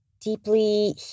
deeply